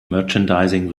merchandising